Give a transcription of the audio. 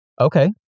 Okay